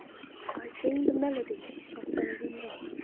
i sing the melodies of early morn.